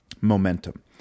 Momentum